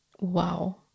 Wow